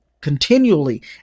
continually